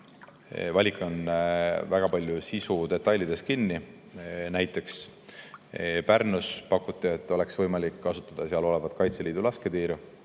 valik on väga palju sisu detailides kinni. Näiteks pakuti Pärnus, et oleks võimalik kasutada seal olevat Kaitseliidu lasketiiru,